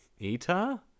Eta